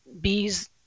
bees